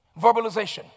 Verbalization